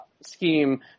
scheme